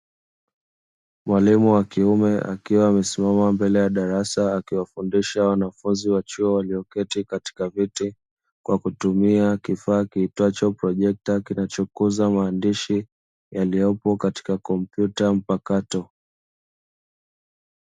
Mwalimu wa kiume akiwa amesimama mbele ya darasa akiwafundisha wanafunzi wa chuo. Walioketi katika viti kwa kutumia kifaa kitacho projekta kinachokuza maandishi, yaliyopo katika kompyuta mpakato.